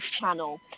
channel